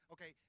Okay